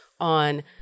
on